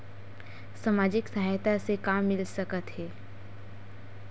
सामाजिक सहायता से का मिल सकत हे?